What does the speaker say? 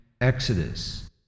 exodus